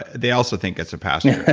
ah they also think it's a pasture.